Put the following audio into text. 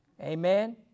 Amen